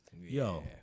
Yo